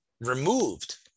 removed